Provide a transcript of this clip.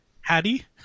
Hattie